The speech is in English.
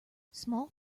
small